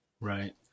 Right